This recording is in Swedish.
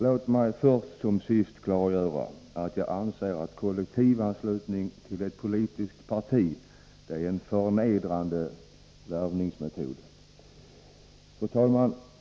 Låt mig först som sist klargöra att jag anser att kollektivanslutning till ett politiskt parti är en förnedrande värvningsmetod. Fru talman!